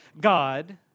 God